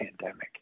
pandemic